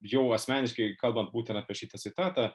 jau asmeniškai kalbant būtent apie šitą citatą